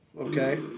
Okay